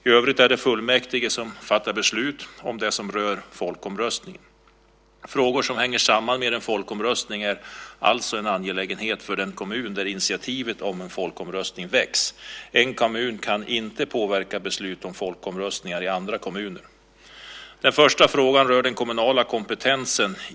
I övrigt är det fullmäktige som fattar beslut om det som rör folkomröstningen. Frågor som hänger samman med en folkomröstning är alltså en angelägenhet för den kommun där initiativet om en folkomröstning väcks. En kommun kan inte påverka beslut om folkomröstningar i andra kommuner. Den första frågan rör den kommunala kompetensen.